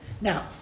Now